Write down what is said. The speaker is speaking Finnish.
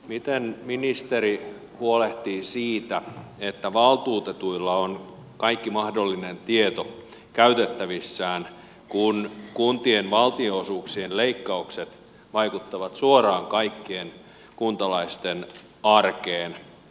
miten ministeri huolehtii siitä että valtuutetuilla on kaikki mahdollinen tieto käytettävissään kun kuntien valtionosuuksien leikkaukset vaikuttavat suoraan kaikkeen kuntalaisten arkeen